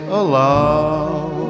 allow